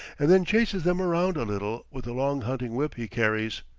and then chases them around a little with the long hunting whip he carries.